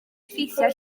effeithiau